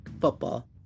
football